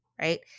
right